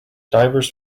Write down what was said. divers